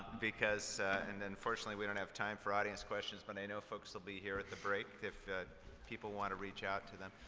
because and unfortunately, we don't have time for audience questions. but i know folks will be here at the break if people want to reach out to them.